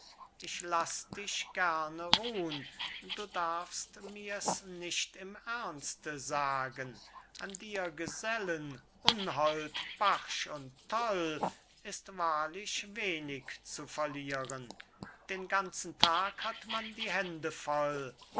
ich laß dich gerne ruhn du darfst mir's nicht im ernste sagen an dir gesellen unhold barsch und toll ist wahrlich wenig zu verlieren den ganzen tag hat man die hände voll